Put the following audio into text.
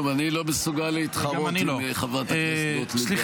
אני לא מסוגל להתחרות עם חברת הכנסת גוטליב.